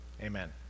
Amen